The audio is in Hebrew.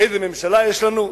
איזו ממשלה יש לנו?